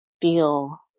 feel